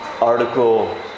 article